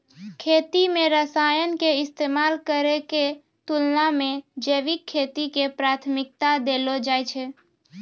खेती मे रसायन के इस्तेमाल करै के तुलना मे जैविक खेती के प्राथमिकता देलो जाय छै